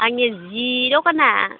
आंनिया जि दखाना